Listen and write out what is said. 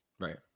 right